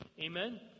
Amen